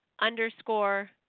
underscore